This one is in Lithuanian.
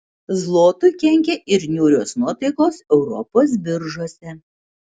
zlotui kenkia ir niūrios nuotaikos europos biržose